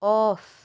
off